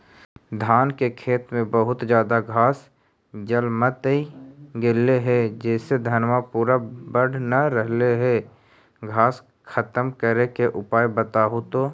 धान के खेत में बहुत ज्यादा घास जलमतइ गेले हे जेसे धनबा पुरा बढ़ न रहले हे घास खत्म करें के उपाय बताहु तो?